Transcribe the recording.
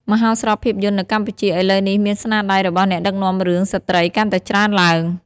មហោស្រពភាពយន្ដនៅកម្ពុជាឥឡូវនេះមានស្នាដៃរបស់អ្នកដឹកនាំរឿងស្ត្រីកាន់តែច្រើនឡើង។